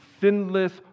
sinless